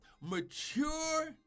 Mature